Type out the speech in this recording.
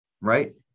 right